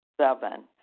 Seven